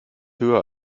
höher